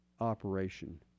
operation